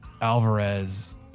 Alvarez